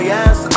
Yes